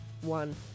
One